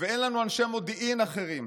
ואין לנו אנשי מודיעין אחרים.